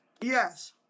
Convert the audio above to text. Yes